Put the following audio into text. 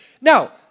Now